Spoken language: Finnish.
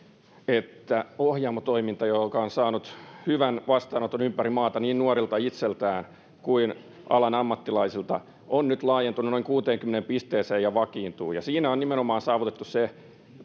että ohjaamo toiminta joka on saanut hyvän vastaanoton ympäri maata niin nuorilta itseltään kuin alan ammattilaisilta on nyt laajentunut noin kuuteenkymmeneen pisteeseen ja vakiintuu ja siinä on nimenomaan saavutettu se